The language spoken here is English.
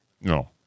No